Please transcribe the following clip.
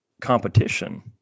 competition